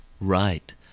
Right